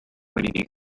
ready